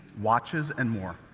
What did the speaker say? watches, and more.